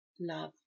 love